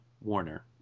Warner